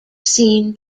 seen